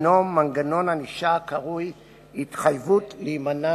(תיקון מס' 107) (התחייבות להימנע